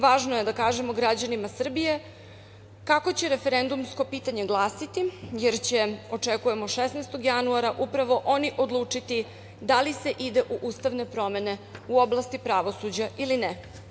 Važno je da kažemo građanima Srbije kako će referendumsko pitanje glasiti, jer će, očekujemo 16. januara, upravo oni odlučiti da li se ide u ustavne promene u oblasti pravosuđa ili ne.